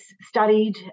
studied